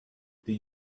did